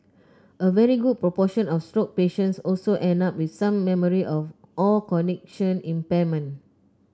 a very good proportion of stroke patients also end up with some memory of or cognition impairment